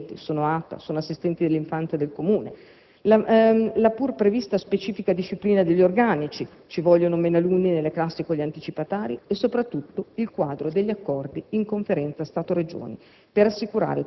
(sono docenti, sono ATA, sono assistenti dell'infanzia del Comune?), la pur prevista specifica disciplina degli organici (meno alunni nelle classi con gli anticipatari) e, soprattutto, il quadro degli accordi con la Conferenza Stato-Regioni